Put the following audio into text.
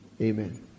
amen